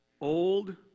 Old